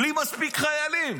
בלי מספיק חיילים.